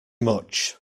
much